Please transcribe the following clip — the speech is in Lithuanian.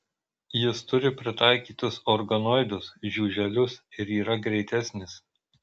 jis turi pritaikytus organoidus žiuželius ir yra greitesnis